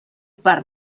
part